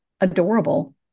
adorable